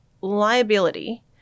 liability